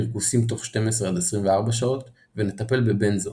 פרכוסים תוך 12-24 שעות, ונטפל בבנזו'